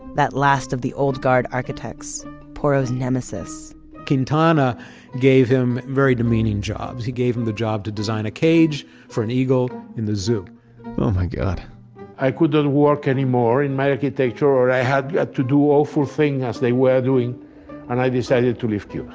that last of the old guard architects, porro's nemesis quintana gave him very demeaning jobs. he gave him the job to design a cage for an eagle in the zoo oh my god i couldn't work anymore on my architecture or i had to do awful things as they were doing and i decided to leave